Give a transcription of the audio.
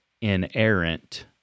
inerrant